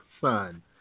sun